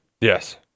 Yes